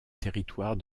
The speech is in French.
territoire